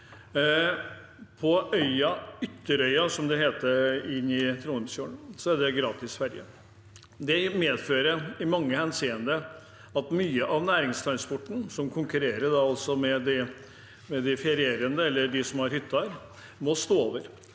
På øya Ytterøya, som det heter inne i Trondheimsfjorden, er det gratis ferje. Det medfører i mange henseender at mye av næringstransporten, som konkurrerer med de ferierende eller de som har hytte der, må stå over.